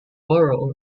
borough